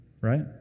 Right